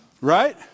right